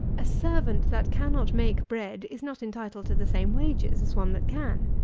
a servant that cannot make bread is not entitled to the same wages as one that can.